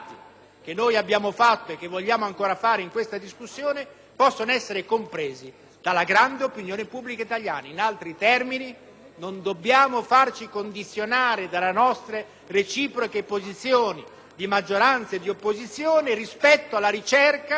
che noi abbiamo fatto e vogliamo continuare a fare in questa discussione potranno essere compresi dalla grande opinione pubblica italiana. In altri termini, non dobbiamo farci condizionare dalle nostre reciproche posizioni di maggioranza e di opposizione nella ricerca